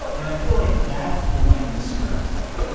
and i feel like that's what my instagram's like.